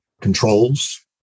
controls